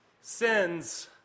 Sins